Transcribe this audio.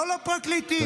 לא לפרקליטים,